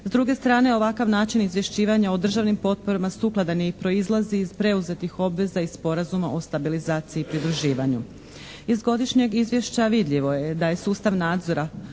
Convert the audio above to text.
S druge strane, ovakav način izvješćivanja o državnim potporama sukladan je i proizlazi iz preuzetih obveza iz Sporazuma o stabilizaciji i pridruživanju. Iz godišnjeg izvješća vidljivo je da je sustav nadzora